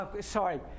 Sorry